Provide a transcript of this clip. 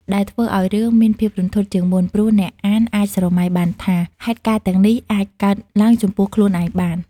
ដែលធ្វើឲ្យរឿងមានភាពរន្ធត់ជាងមុន ព្រោះអ្នកអានអាចស្រមៃបានថា ហេតុការណ៍ទាំងនោះអាចកើតឡើងចំពោះខ្លួនឯងបាន។